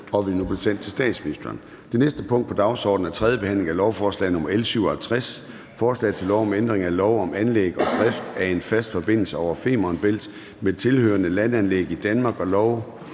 og vil nu blive sendt til statsministeren. --- Det næste punkt på dagsordenen er: 7) 3. behandling af lovforslag nr. L 57: Forslag til lov om ændring af lov om anlæg og drift af en fast forbindelse over Femern Bælt med tilhørende landanlæg i Danmark og lov